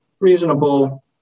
Reasonable